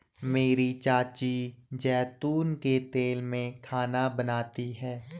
मेरी चाची जैतून के तेल में खाना बनाती है